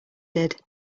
did